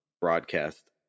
broadcast